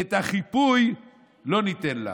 ואת החיפוי לא ניתן לה.